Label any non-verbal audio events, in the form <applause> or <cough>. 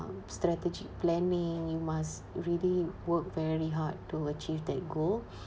strategic planning you must really work very hard to achieve that goal <breath>